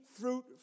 fruit